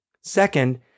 Second